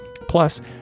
Plus